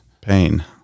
pain